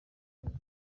yose